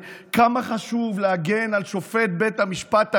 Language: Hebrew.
כמה חשוב להגן על שופט בית המשפט העליון,